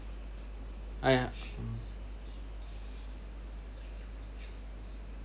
I hmm